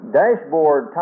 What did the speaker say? dashboard